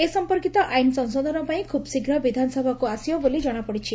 ଏ ସଂପର୍କିତ ଆଇନ ସଂଶୋଧନ ପାଇଁ ଖୁବ୍ଶୀଘ୍ର ବିଧାନସଭାକୁ ଆସିବ ବୋଲି ଜଣାପଡ଼ିଛି